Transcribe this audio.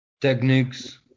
techniques